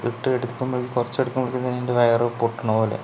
ഇട്ട് എടുക്കുമ്പോഴേ കുറച്ച് എടുക്കുമ്പോഴേക്കും തന്നെ അതിൻ്റെ വയർ പൊട്ടുന്നത് പോലെ